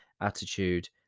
attitude